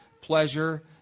pleasure